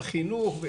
בחינוך,